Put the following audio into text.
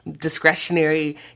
discretionary